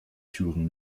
türen